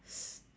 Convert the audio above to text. s~